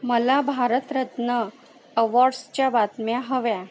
मला भारतरत्न अवॉर्ड्सच्या बातम्या हव्या